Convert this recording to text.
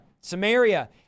Samaria